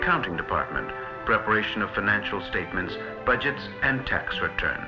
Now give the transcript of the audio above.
accounting department preparation of financial statements budgets and tax return